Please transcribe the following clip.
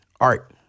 art